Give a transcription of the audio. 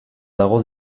dago